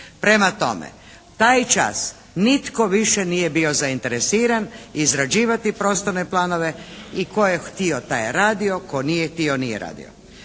Prema tome, taj čas nitko više nije bio zainteresiran izrađivati prostorne planove i tko je htio taj je radio, tko nije htio nije radio.